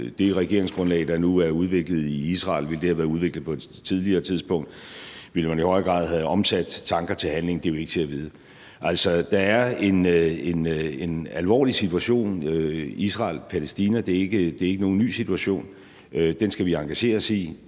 det regeringsgrundlag, der nu er udviklet i Israel, være udviklet på et tidligere tidspunkt, altså hvis man i høj grad havde omsat tanker til handling? Det er jo ikke til at vide. Der er en alvorlig situation mellem Israel og Palæstina, det er ikke nogen ny situation, og den skal vi engagere os i,